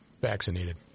vaccinated